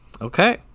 Okay